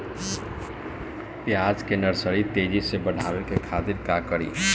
प्याज के नर्सरी तेजी से बढ़ावे के खातिर का करी?